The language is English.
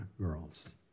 girls